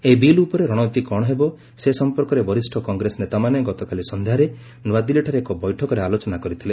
ଏହି ବିଲ୍ ଉପରେ ରଣନୀତି କ'ଣ ହେବ ସେ ସଂପର୍କରେ ବରିଷ୍ଠ କଂଗ୍ରେସ ନେତାମାନେ ଗତକାଲି ସନ୍ଧ୍ୟାରେ ନୂଆଦିଲ୍ଲୀଠାରେ ଏକ ବୈଠକରେ ଆଲୋଚନା କରିଥିଲେ